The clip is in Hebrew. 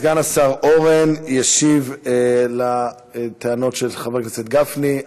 סגן השר אורן ישיב על הטענות של חבר הכנסת גפני.